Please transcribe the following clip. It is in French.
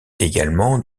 également